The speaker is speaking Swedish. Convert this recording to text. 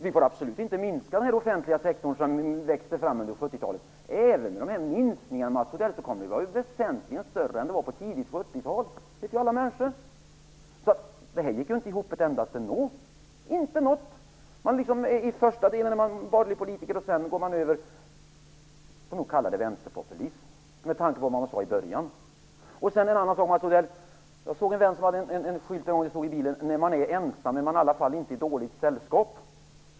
Vi får absolut inte minska den offentliga sektor som växte fram under 70-talet. Men även om det sker en minskning, Mats Odell, kommer den offentliga sektorn att vara väsentligt större än den var under tidigt 70-tal. Det vet alla. Det här går alltså inte ett dugg ihop. Först är man vanlig politiker. Sedan går man över till vad som kallas för vänsterpopulism, med tanke på vad som sades i början. Mats Odell, jag såg en vän som hade en skylt i bilen där det stod: När man är ensam är man i alla fall inte i dåligt sällskap.